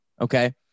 Okay